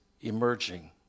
emerging